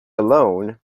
alone